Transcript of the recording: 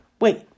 wait